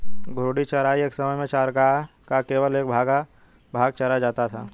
घूर्णी चराई एक समय में चरागाह का केवल एक भाग चरा जाता है